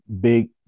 big